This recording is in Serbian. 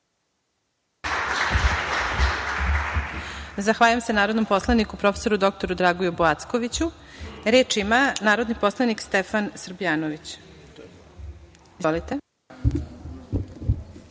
Zahvaljujem se narodnom poslaniku prof. dr Dragoljubu Ackoviću. Reč ima narodni poslanik Stefan Srbljanović. Izvolite.